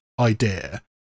idea